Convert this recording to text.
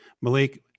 Malik